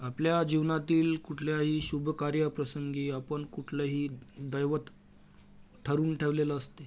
आपल्या जीवनातील कुठल्याही शुभकार्यप्रसंगी आपण कुठलंही दैवत ठरवून ठेवलेलं असते